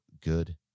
good